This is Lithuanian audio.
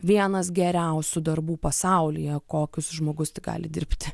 vienas geriausių darbų pasaulyje kokius žmogus tik gali dirbti